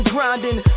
Grinding